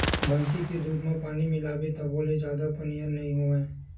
भइसी के दूद म पानी मिलाबे तभो ले जादा पनियर नइ होवय